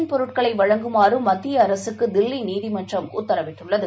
கண் பொருட்களைவழங்குமாறுமத்தியஅரசுக்குதில்லிநீதிமன்றம் உத்தரவிட்டுள்ளது